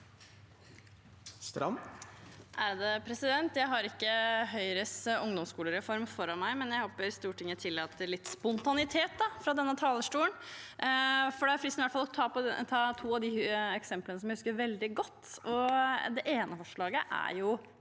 Jeg har ikke Høyres ungdomsskolereform foran meg, men jeg håper Stortinget tillater litt spontanitet fra denne talerstolen, for det er fristende å ta opp to av de eksemplene som jeg husker veldig godt. Det ene forslaget er